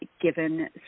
given